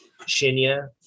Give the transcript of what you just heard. Shinya